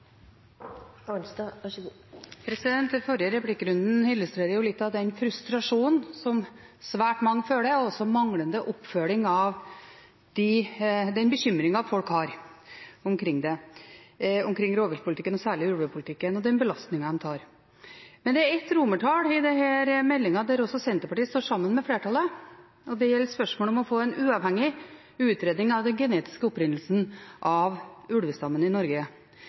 Den forrige replikkrunden illustrerer litt av den frustrasjonen som svært mange føler, og også manglende oppfølging av den bekymringen folk har omkring rovviltpolitikken, særlig ulvepolitikken, og den belastningen de tar. Men det er et romertall i denne innstillingen der Senterpartiet står sammen med flertallet, og det gjelder spørsmålet om å få en uavhengig utredning av den genetiske opprinnelsen til ulvestammen i Norge.